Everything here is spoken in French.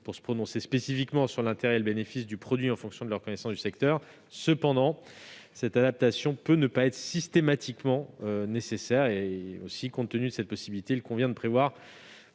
pour se prononcer spécifiquement sur l'intérêt et le bénéfice du produit en fonction de leur connaissance du secteur. Cependant, cette adaptation peut ne pas être systématiquement nécessaire. Il nous semble qu'il convient plutôt de prévoir